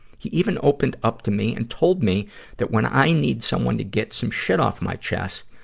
he even opened up to me and told me that when i need someone to get some shit off my chest,